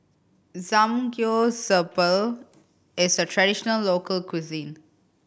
Samgyeopsal is a traditional local cuisine